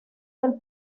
del